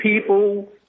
people